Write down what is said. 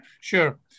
Sure